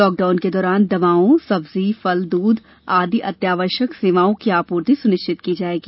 lockdown के दौरान दवाओ सब्जी फल दूध आदि अतिआवश्यक सेवाओं की आपूर्ति सुनिश्चित की जाएगी